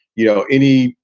you know, any,